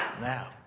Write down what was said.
Now